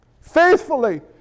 faithfully